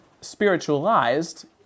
spiritualized